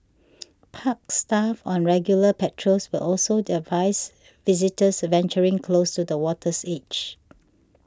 park staff on regular patrols will also advise visitors venturing close to the water's edge